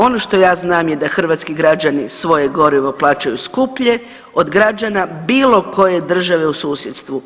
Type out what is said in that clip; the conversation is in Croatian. Ono što ja znam da hrvatski građani svoje gorivo plaćaju skuplje od građana bilo koje države u susjedstvu.